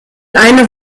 eine